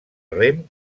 rem